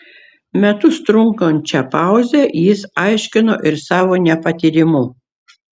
metus trunkančią pauzę jis aiškino ir savo nepatyrimu